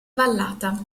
vallata